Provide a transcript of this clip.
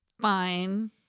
fine